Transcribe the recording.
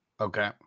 Okay